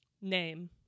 name